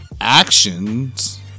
actions